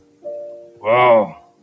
Wow